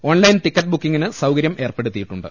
on line ticket ബുക്കിംഗിന് സൌകര്യം ഏർപ്പെടുത്തിയിട്ടുണ്ട്